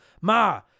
Ma